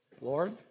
Lord